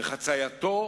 שחצייתו,